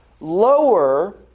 lower